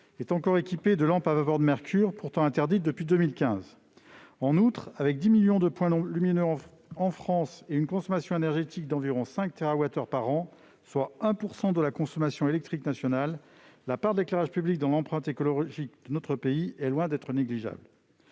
est encore équipé de lampes à vapeur de mercure, pourtant interdites depuis 2015. En outre, avec 10 millions de points lumineux en France et une consommation énergétique d'environ 5 térawattheure par an, soit 1 % de la consommation électrique nationale, la part de l'éclairage public dans l'empreinte écologique de notre pays est loin d'être négligeable.